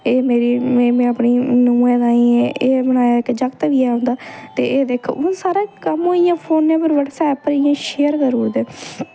एह् मेरी एह् में अपनी नूंहा ताईं एह् बनाया इक जागत बी ऐ उं'दा ते एह् दिक्ख हून सारा कम्म होई गेआ फोनै पर बटसैप पर इ'यां शेयर करी ओड़दे